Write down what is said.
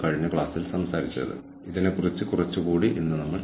കൂടാതെ ഷുലറും ജാക്സണും എഴുതിയ പുസ്തകം